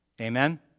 Amen